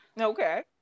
Okay